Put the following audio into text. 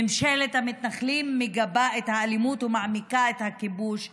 ממשלת המתנחלים מגבה את האלימות ומעמיקה את הכיבוש בבנייה,